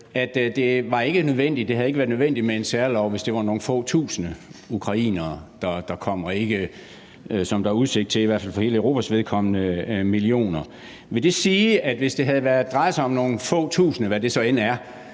at det ikke havde været nødvendigt med en særlov, hvis det var nogle få tusinde ukrainerne, der kom, og ikke, som der er udsigt til, i hvert fald for hele Europas vedkommende, millioner. Vil det sige, at hvis det havde drejet sig om nogle få tusinde ukrainere – hvad det så end er